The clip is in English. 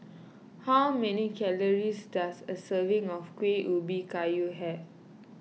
how many calories does a serving of Kuih Ubi Kayu have